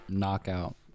Knockout